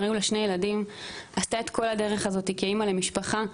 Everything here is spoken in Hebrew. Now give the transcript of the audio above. היו לה שני ילדים עשתה את כל הדרך הזאת כאימא למשפחה,